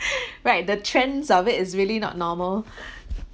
right the trends of it is really not normal